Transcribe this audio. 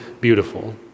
beautiful